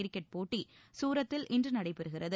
cricket போட்டி சூரத்தில் இன்று நடைபெறுகிறது